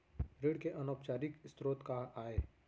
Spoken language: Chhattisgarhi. ऋण के अनौपचारिक स्रोत का आय?